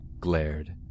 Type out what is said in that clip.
glared